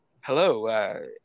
hello